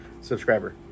subscriber